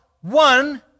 one